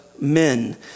men